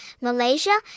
Malaysia